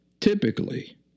typically